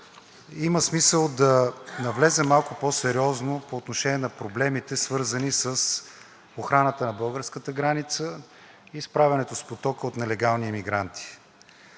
има смисъл да навлезем малко по-сериозно по отношение на проблемите, свързани с охраната на българската граница и справянето с потока от нелегални имигранти.